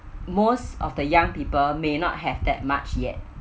most of the young people may not have that much yet